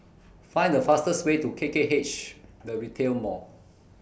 Find The fastest Way to K K H The Retail Mall